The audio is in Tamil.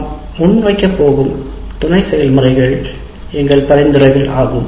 நாம் முன்வைக்கப் போகும் துணை செயல்முறைகள் எங்கள் பரிந்துரைகள் ஆகும்